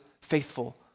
faithful